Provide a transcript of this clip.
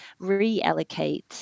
reallocate